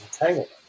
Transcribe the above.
entanglement